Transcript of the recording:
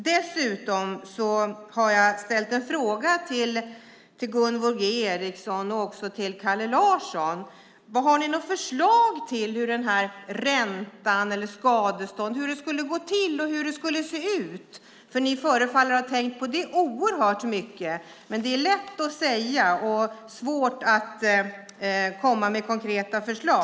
Dessutom har jag ställt en fråga till Gunvor G Ericson och också till Kalle Larsson. Har ni något förslag på hur det skulle gå till med den här räntan eller skadeståndet? Ni förefaller ju ha tänkt på det oerhört mycket, men det är lätt att säga och svårt att komma med konkreta förslag.